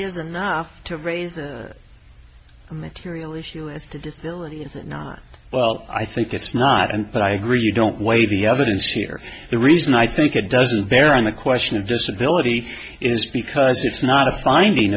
enough to raise a material issue as to disability is it not well i think it's not and but i agree you don't weigh the evidence here the reason i think it doesn't bear on the question of disability is because it's not a finding